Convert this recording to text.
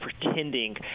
pretending